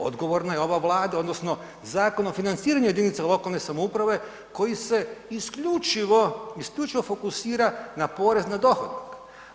Odgovorna je ova Vlada odnosno Zakon o financiranju jedinica lokalne samouprave koji se isključivo fokusira na porez na dohodak.